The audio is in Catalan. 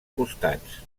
costats